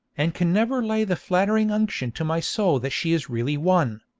and can never lay the flattering unction to my soul that she is really won.